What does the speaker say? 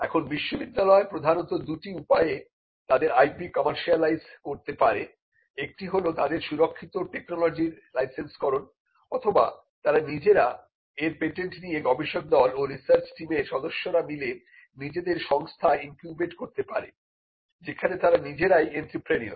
এখন বিশ্ববিদ্যালয় প্রধানত দুটি উপায়ে তাদের IP কমার্শিয়ালাইজ করতে পারে একটি হল তাদের সুরক্ষিত টেকনোলজির লাইসেন্সকরণ অথবা তারা নিজেরা এর পেটেন্ট নিয়ে গবেষকদল ও রিসার্চ টিমের সদস্যরা মিলে নিজেদের সংস্থা ইনকিউবেট করতে পারে যেখানে তারা নিজেরাই এন্ত্রেপ্রেনিউর